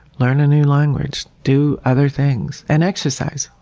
learn a new language, do other things, and exercise.